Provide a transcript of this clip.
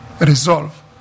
resolve